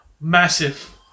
massive